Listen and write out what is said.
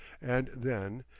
and then,